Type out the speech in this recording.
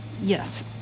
yes